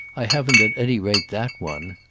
i haven't at any rate that one.